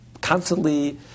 constantly